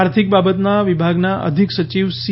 આર્થિક બાબતોના વિભાગના અધિક સચિવ સી